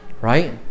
right